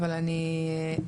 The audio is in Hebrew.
אבל אני אחזור,